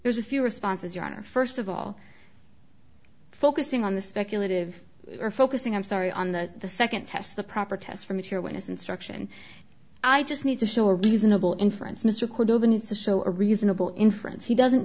there's a few responses your honor first of all focusing on the speculative or focusing i'm sorry on the the second test the proper test for mature witness instruction i just need to show a reasonable inference mr cordova needs to show a reasonable inference he doesn't